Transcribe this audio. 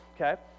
okay